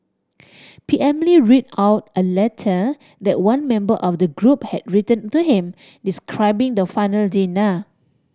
P M Lee read out a letter that one member of the group had written to him describing the final dinner